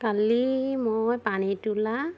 কালি মই পানীতোলা